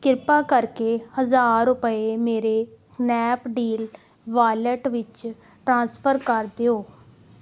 ਕਿਰਪਾ ਕਰਕੇ ਹਜ਼ਾਰ ਰੁਪਏ ਮੇਰੇ ਸਨੈਪਡੀਲ ਵਾਲੇਟ ਵਿੱਚ ਟ੍ਰਾਂਸਫਰ ਕਰ ਦਿਓ